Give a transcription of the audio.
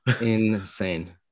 Insane